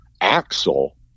Axel